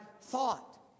thought